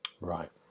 Right